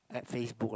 at FaceBook lah